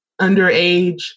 underage